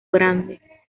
grande